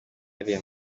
ariya